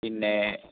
പിന്നെ